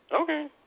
Okay